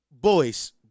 Boys